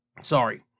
Sorry